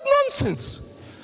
nonsense